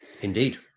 Indeed